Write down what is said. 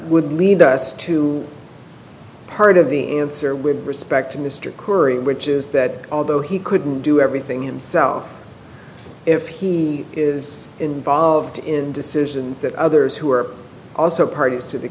would lead us too part of the answer with respect to mr curry which is that although he couldn't do everything himself if he is involved in decisions that others who are also parties to the